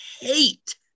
hate